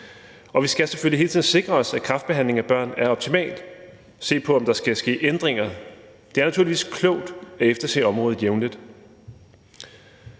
og vi skal selvfølgelig hele tiden sikre os, at kræftbehandlingen af børn er optimal. Vi skal se på, om der skal ske ændringer. Det er naturligvis klogt at efterse området jævnligt.